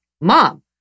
Mom